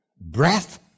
breath